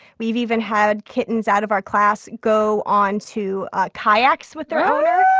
we've even had kittens out of our class go onto kayaks with their owner